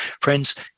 Friends